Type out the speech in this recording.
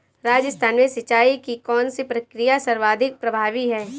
राजस्थान में सिंचाई की कौनसी प्रक्रिया सर्वाधिक प्रभावी है?